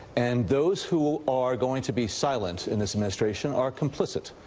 and those who are going to be silent in this administration are complicit.